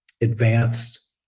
advanced